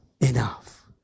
enough